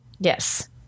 Yes